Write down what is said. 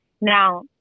now